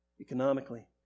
economically